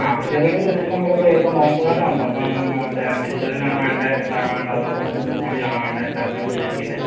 ങാ ചെറുകടി എന്ന് പറയുമ്പോൾ നമ്മളിപ്പം നോയമ്പ് കാലമാണല്ലോ അപ്പം മറ്റേ വെജിറ്റേറിയനാണോ വേണ്ടത് എന്താ വേണ്ടത് അപ്പോൾ ബോളിയാണോ വേണ്ടത് എന്തായിരുന്നു ഉദ്ദേശിക്കുന്നത്